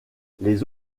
les